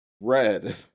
Red